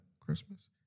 Christmas